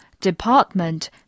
department